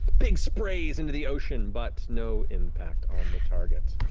big sprays into the ocean, but no impact on the target.